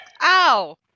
Ow